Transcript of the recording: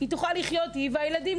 היא תוכל לחיות עם ילדיה.